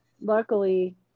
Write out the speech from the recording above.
luckily